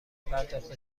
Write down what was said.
پرداخت